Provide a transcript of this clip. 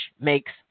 makes